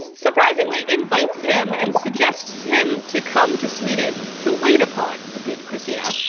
surprisingly invites him and suggests him to come to sweden to wait upon the good kristina,